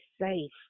safe